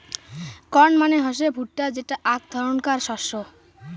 corn মানে হসে ভুট্টা যেটা আক ধরণকার শস্য